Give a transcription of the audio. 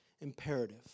imperative